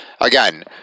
Again